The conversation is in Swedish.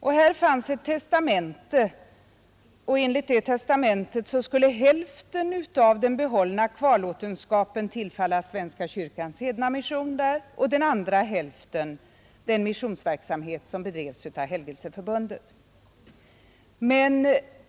I ett fall jag tänker på fanns det ett testamente, enligt vilket hälften av den behållna kvarlåtenskapen skulle tillfalla svenska kyrkans hednamission där och den andra hälften den missionsverksamhet som bedrivs av Helgelseförbundet.